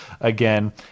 again